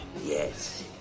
Yes